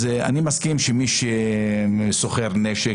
אני מסכים לגבי מי שסוחר בנשק